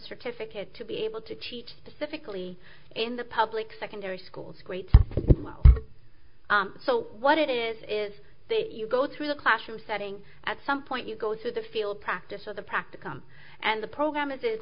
certificate to be able to teach specifically in the public secondary schools great well so what it is is that you go through the classroom setting at some point you go through the field practice of the practicum and the program is